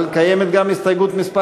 אבל קיימת גם הסתייגות מס'